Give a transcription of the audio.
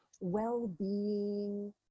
well-being